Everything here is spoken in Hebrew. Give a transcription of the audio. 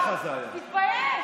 זה נראה לך הגיוני?